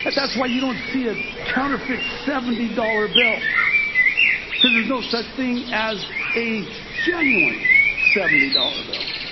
but that's why you don't see a counterfeit seventy dollars bill because there's no such thing as a genuine seventy dollars bill.